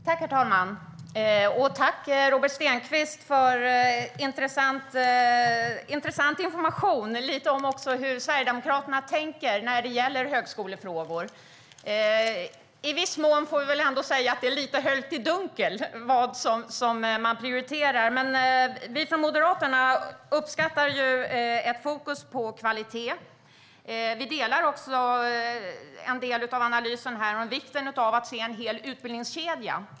Herr talman! Jag tackar Robert Stenkvist för intressant information om hur Sverigedemokraterna tänker i högskolefrågor. I viss mån får vi väl ändå säga att det är lite höljt i dunkel vad Sverigedemokraterna prioriterar. Men vi från Moderaterna uppskattar ett fokus på kvalitet. Vi delar också en del av analysen av vikten av att se en hel utbildningskedja.